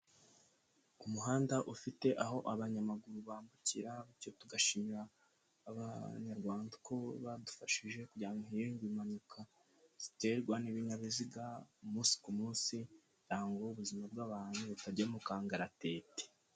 Umuhanda ufite aho abanyamaguru bambukira, bityo tugashimira abanyarwanda ko badufashije, kugira ngo hirindwe impanuka ziterwa n'ibinyabiziga umunsi ku munsi, kugira ngo ubuzima bw'abantu butajya mu kangaratete.